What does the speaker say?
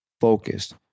focused